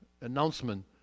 announcement